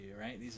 right